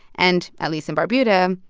and, at least in barbuda,